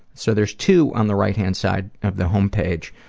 so there's two on the right hand side of the homepage,